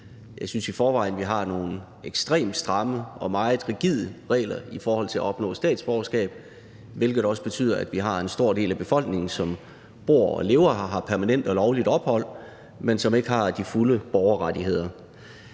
Jeg synes i forvejen, at vi har nogle ekstremt stramme og meget rigide regler i forhold til at opnå statsborgerskab, hvilket også betyder, at vi har en stor del af befolkningen, som bor og lever her og har permanent og lovligt ophold, men som ikke har de fulde borgerrettigheder.